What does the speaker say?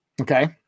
okay